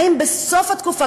אם בסוף התקופה,